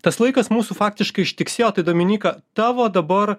tas laikas mūsų faktiškai ištiksėjo tai dominyka tavo dabar